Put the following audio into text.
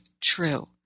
true